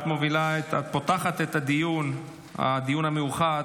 את פותחת הדיון המיוחד